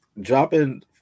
dropping